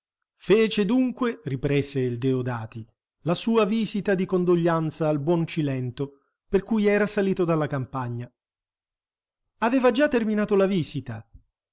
fece dunque riprese il deodati la sua visita di condoglianza al buon cilento per cui era salito dalla campagna aveva già terminato la visita